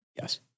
Yes